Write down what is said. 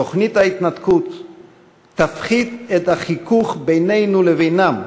"תוכנית ההתנתקות תפחית את החיכוך בינינו לבינם",